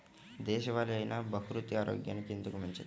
దేశవాలి అయినా బహ్రూతి ఆరోగ్యానికి ఎందుకు మంచిది?